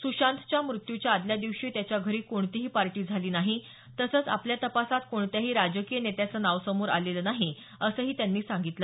स्शांतच्या मृत्यूच्या आदल्या दिवशी त्याच्या घरी कोणतीही पार्टी झाली नाही तसंच आपल्या तपासात कोणत्याही राजकीय नेत्याचं नाव समोर आलेलं नाही असंही त्यांनी सांगितलं